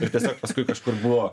ir tiesiog paskui kažkur buvo